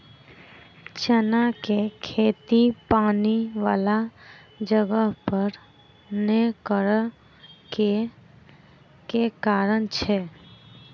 चना केँ खेती पानि वला जगह पर नै करऽ केँ के कारण छै?